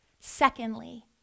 Secondly